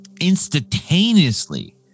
instantaneously